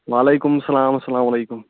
وعلیکُم سلام اسلام علیکُم